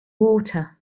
water